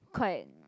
quite